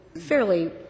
fairly